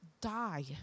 die